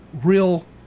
real